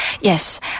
Yes